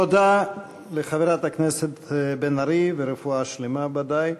תודה לחברת הכנסת בן ארי, ורפואה שלמה, בוודאי.